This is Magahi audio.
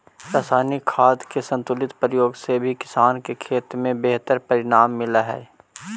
रसायनिक खाद के संतुलित प्रयोग से भी किसान के खेत में बेहतर परिणाम मिलऽ हई